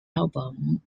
album